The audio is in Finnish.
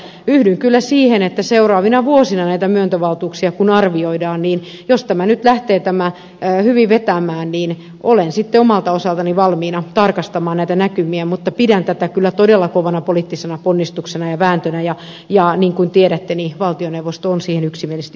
mutta yhdyn kyllä siihen että kun seuraavina vuosina näitä myöntövaltuuksia arvioidaan niin jos tämä nyt lähtee hyvin vetämään niin olen sitten omalta osaltani valmiina tarkastamaan näitä näkymiä mutta pidän tätä kyllä todella kovana poliittisena ponnistuksena ja vääntönä ja niin kuin tiedätte valtioneuvosto on siihen yksimielisesti yhtynyt